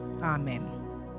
amen